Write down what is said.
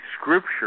scripture